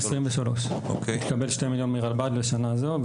2023. התקבל 2 מיליון מרלב"ד לשנה זו,